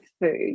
food